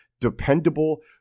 dependable